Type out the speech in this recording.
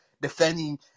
defending